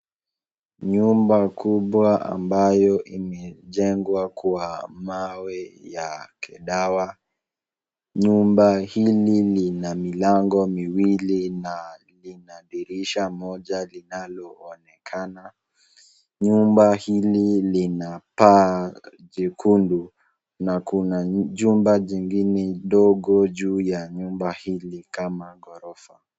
Nyumba kubwa ambayo imejengwa kwa mawe ya kidawa. Nyumba hili lina milango miwili na lina dirisha moja lililoonekana. Nyumba hili lina paa jekundu na kuna jumba jingine ndogo juu ya nyumba hili, kama ghorofa.